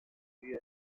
lui